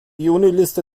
juniliste